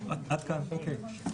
אוקי.